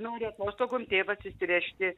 nori atostogom tėvas išsivežti